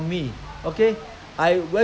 cherish the thing so much